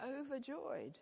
overjoyed